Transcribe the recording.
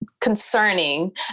concerning